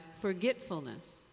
forgetfulness